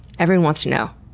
everyone wants to know.